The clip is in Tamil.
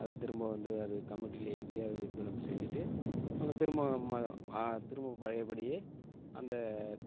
அதை திரும்ப வந்து அது கமிட்டியில ஏற்றி அதை விற்பனை செஞ்சிட்டு அவங்க திரும்ப ம ஆ திரும்ப பழையபடியே அந்த